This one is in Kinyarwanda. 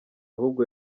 ahubwo